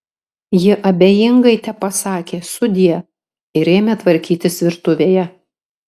ji abejingai tepasakė sudie ir ėmė tvarkytis virtuvėje